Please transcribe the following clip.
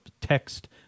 text